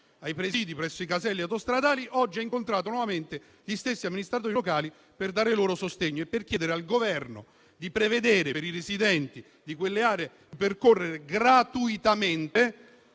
ai presidi presso i caselli autostradali, oggi ha incontrato nuovamente gli stessi amministratori locali per dare loro sostegno e per chiedere al Governo di prevedere per i residenti di quelle aree di percorrere gratuitamente